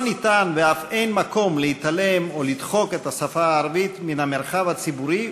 לא ניתן ואף אין מקום להתעלם או לדחוק את השפה הערבית מן המרחב הציבורי,